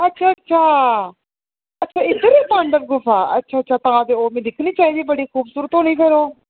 अच्छा अच्छा इद्धर ऐ पांडव गुफा अच्छा अच्छा तां ते ओह् मिगी दिक्खनी चाहिदी बड़ी खूबसूरत होनी फिर ओह्